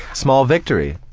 small victory.